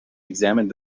examined